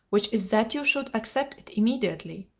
which is that you should accept it immediately.